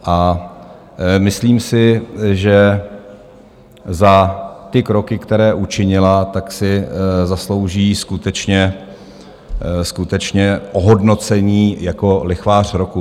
A myslím si, že za ty kroky, které učinila, si zaslouží skutečně, skutečně ohodnocení jako lichvář roku.